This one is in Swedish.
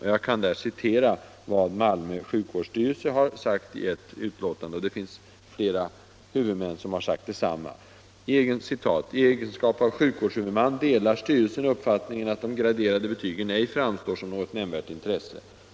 Jag kan t.ex. citera vad Malmö sjukvårdsstyrelse har sagt i ett utlåtande. Det finns flera sjukvårdshuvudmän som uttalat sig i samma riktning. Det heter i uttalandet: ”I egenskap av sjukvårdshuvudman delar styrelsen uppfattningen att de graderade betygen ej framstår som något nämnvärt intresse.